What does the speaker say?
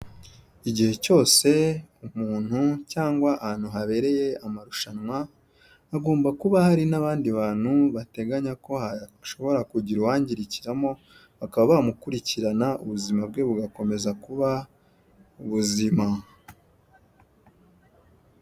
Igihe cyose umuntu cyangwa ahantu habereye amarushanwa hagomba kuba hari n'abandi bantu bateganya ko hashobora kugira uwangirikiramo bakaba bamukurikirana ubuzima bwe bugakomeza kuba ubuzima.